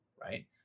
right